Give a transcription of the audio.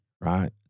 right